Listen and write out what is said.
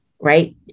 right